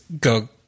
go